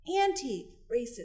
anti-racist